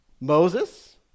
Moses